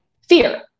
Fear